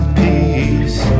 peace